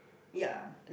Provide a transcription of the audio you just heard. ya